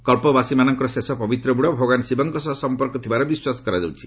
କ୍ସବାସୀମାନଙ୍କର ଶେଷ ପବିତ୍ରବୃଡ଼ ଭଗବାନ ଶିବଙ୍କ ସହ ସମ୍ପର୍କ ଥିବାର ବିଶ୍ୱାସ କରାଯାଉଛି